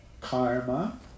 karma